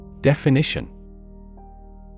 Definition